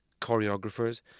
choreographers